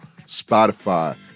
spotify